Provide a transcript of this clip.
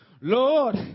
Lord